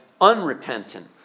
unrepentant